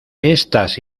estas